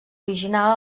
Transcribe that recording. original